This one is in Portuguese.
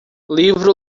livro